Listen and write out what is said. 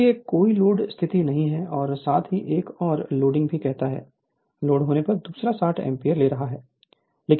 इसलिए कोई लोड स्थिति नहीं है और साथ ही एक और लोडिंग भी कहता है लोड होने पर दूसरा 60 एम्पीयर ले रहा है